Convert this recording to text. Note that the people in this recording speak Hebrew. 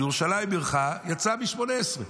"ולירושלים עירך" הוצא מתפילת שמונה עשרה.